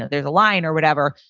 there's a lion or whatever,